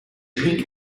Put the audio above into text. pink